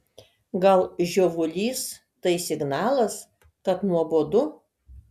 gal žiovulys tai signalas kad nuobodu